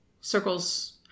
circles